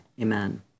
Amen